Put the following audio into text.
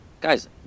guys